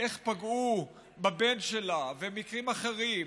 איך פגעו בבן שלה, ומקרים אחרים,